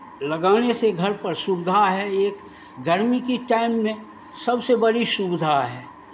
लगाने से घर पर सुविधा है एक गर्मी की टाइम में सबसे बड़ी सुविधा है